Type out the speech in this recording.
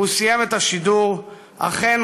והוא סיים את השידור: "אכן,